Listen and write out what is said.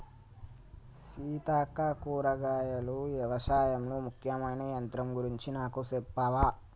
సీతక్క కూరగాయలు యవశాయంలో ముఖ్యమైన యంత్రం గురించి నాకు సెప్పవా